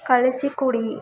ಕಳಿಸಿಕೊಡಿ